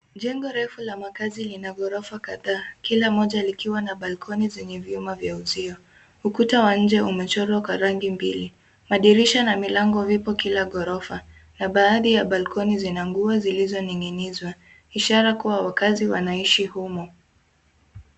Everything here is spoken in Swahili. Jengo refu la makazi lina ghorofa kadhaa. Kila moja likiwa na palikoni zenye vyuma vya uzio. Ukuta wa nje umechorwa kwa rangi mbili. Madirisha na milango vipo kila ghorofa, na baadhi ya balikoni ina nguo zilizoning'nizwa, ishara kuwa wakazi wanaishi humo.